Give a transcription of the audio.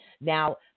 Now